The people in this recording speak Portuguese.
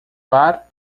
bar